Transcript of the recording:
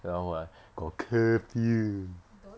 that [one] [what] got curfew